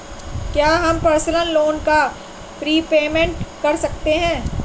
क्या हम personal loan का प्रीपेमेंट कर सकते हैं?